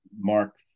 mark